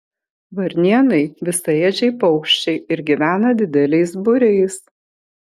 varnėnai visaėdžiai paukščiai ir gyvena dideliais būriais